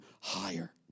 higher